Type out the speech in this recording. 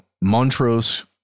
Montrose